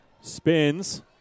Spins